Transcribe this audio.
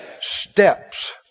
Steps